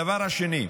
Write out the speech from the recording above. הדבר השני,